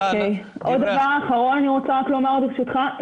עוד דבר אחרון, ברשותך.